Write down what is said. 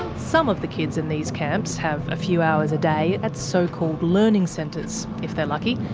some of the kids in these camps have a few hours a day at so-called learning centres, if they're lucky,